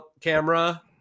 camera